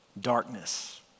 Darkness